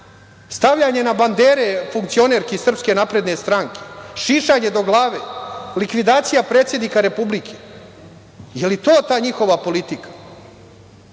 stavljanje na bandere funkcionerki SNS, šišanje do glave, likvidacija predsednika Republike. Da li je to ta njihova politika?